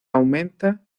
aumenta